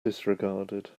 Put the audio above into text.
disregarded